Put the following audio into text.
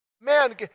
Man